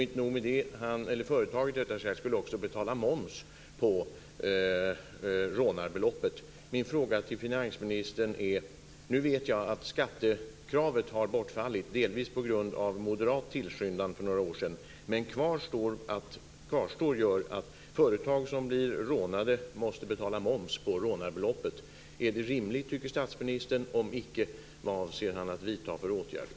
Inte nog med det, utan företaget skulle också betala moms på rånarbeloppet. Nu vet jag att skattekravet har bortfallit, delvis på grund av moderat tillskyndan för några år sedan. Men kvarstår gör att företag som blir rånade måste betala moms på rånarbeloppet. Tycker finansministern att det är rimligt? Om icke, vad avser han att vidta för åtgärder?